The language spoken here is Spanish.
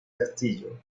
castillo